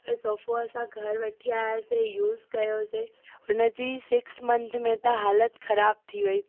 इहो सोफो असां घर वठी आहियासीं यूज़ कयोसीं हुन जी सिक्स मंथ में त हालति ख़राब थी वई